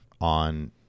on